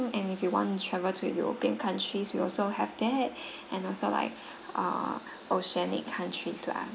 and if you want to travel to european countries we also have that and also like err oceanic countries lah